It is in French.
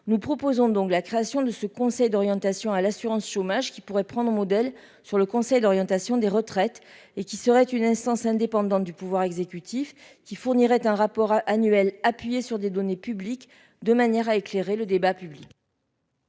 nous proposons donc la création de ce conseil d'orientation à l'assurance chômage qui pourrait prendre modèle sur le conseil d'orientation des retraites et qui serait une instance indépendante du pouvoir exécutif qui fournirait un rapport annuel, appuyé sur des données publiques, de manière à éclairer le débat public.